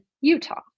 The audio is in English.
Utah